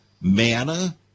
manna